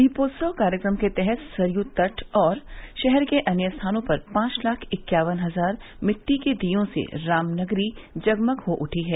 दीपोत्सव कार्यक्रम के तहत सरयू तट और शहर के अन्य स्थानों पर पांच लाख इक्यावन हज़ार मिट्टी के दीयों से राम नगरी जगमग हो उठी है